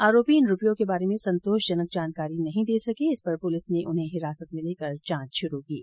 आरोपी इन रूपयों की संतोषजनक जानकारी नहीं दे सके जिस पर पुलिस ने उन्हें हिरासत में लेकर जांच शुरू कर दी है